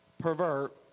Pervert